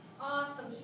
Awesome